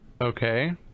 Okay